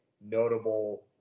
notable